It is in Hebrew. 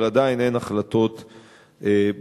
אבל עדיין אין החלטות בנושא.